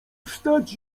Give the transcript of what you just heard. wstać